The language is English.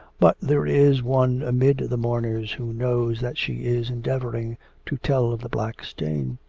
but there is one amid the mourners who knows that she is endeavouring to tell of the black stain.